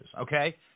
okay